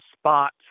spot